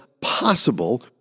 possible